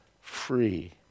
free